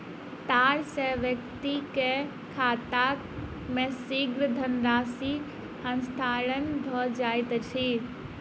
तार सॅ व्यक्तिक खाता मे शीघ्र धनराशि हस्तांतरण भ जाइत अछि